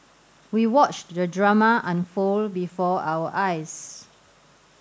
we watched the drama unfold before our eyes